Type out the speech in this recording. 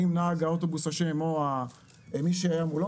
האם נהג האוטובוס אשם או מי שהיה מולו